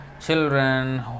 children